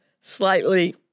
slightly